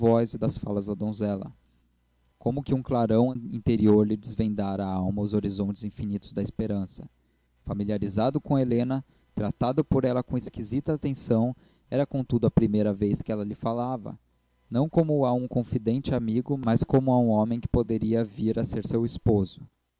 e das falas da donzela como que um clarão interior lhe desvendara à alma os horizontes infinitos da esperança familiarizado com helena tratado por ela com esquisita atenção era contudo a primeira vez que ela lhe falava não como a um confidente amigo mas como a um homem que poderia vir a ser seu esposo